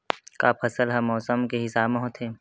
का फसल ह मौसम के हिसाब म होथे?